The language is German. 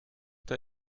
der